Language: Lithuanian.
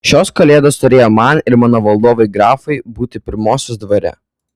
šios kalėdos turėjo man ir mano valdovui grafui būti pirmosios dvare